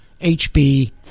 HB